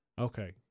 Okay